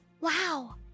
Wow